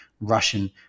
Russian